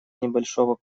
небольшого